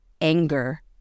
anger